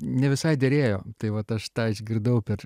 ne visai derėjo tai vat aš tą išgirdau per